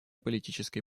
политической